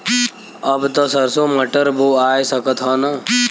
अब त सरसो मटर बोआय सकत ह न?